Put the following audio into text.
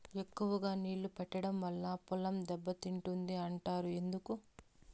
ఎక్కువగా నీళ్లు పెట్టడం వల్ల పొలం దెబ్బతింటుంది అంటారు ఎందుకు?